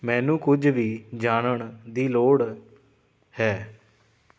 ਮੈਨੂੰ ਕੁਝ ਵੀ ਜਾਣਨ ਦੀ ਲੋੜ ਹੈ